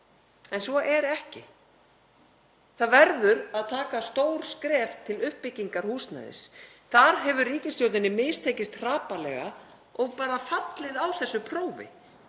En svo er ekki. Það verður að taka stór skref til uppbyggingar húsnæðis. Þar hefur ríkisstjórninni mistekist hrapallega og bara fallið á þessu prófi